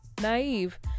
naive